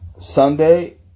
Sunday